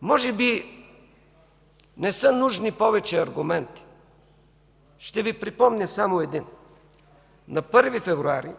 Може би не са нужни повече аргументи. Ще Ви припомня само един. На 1 февруари